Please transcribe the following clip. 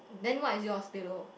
then what is yours below